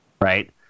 right